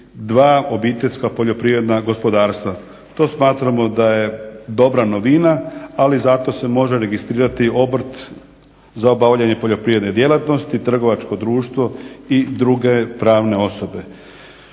domaćinstvu ne mogu biti dva OPG-a. to smatramo da je dobra novina ali zato se može registrirati obrt za obavljanje poljoprivredne djelatnosti, trgovačko društvo i druge pravne osobe.